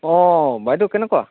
অঁ বাইদেউ কেনেকুৱা